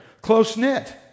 close-knit